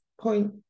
point